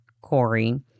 Corey